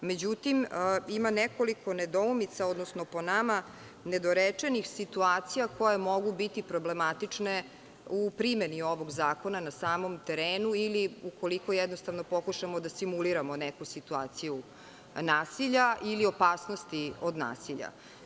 Međutim, ima nekoliko nedoumica, odnosno po nama nedorečenih situacija koje mogu biti problematične u primeni ovog zakona na samom terenu i ukoliko jednostavno pokušamo da simuliramo neku situaciju nasilja ili opasnosti od nasilja.